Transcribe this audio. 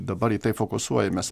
dabar į tai fokusuojamės